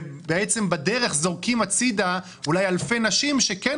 אבל בדרך זורקים הצידה אלפי נשים שכן